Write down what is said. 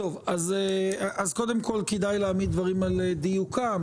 כדאי להעמיד דברים על דיוקם.